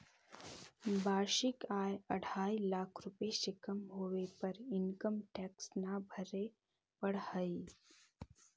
वार्षिक आय अढ़ाई लाख रुपए से कम होवे पर इनकम टैक्स न भरे पड़ऽ हई